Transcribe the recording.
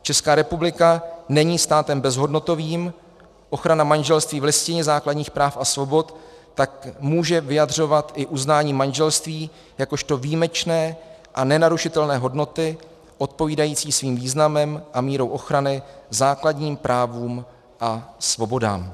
Česká republika není státem bezhodnotovým, ochrana manželství v Listině základních práv a svobod tak může vyjadřovat i uznání manželství jakožto výjimečné a nenarušitelné hodnoty odpovídající svým významem a mírou ochrany základních právům a svobodám.